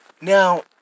Now